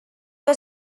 que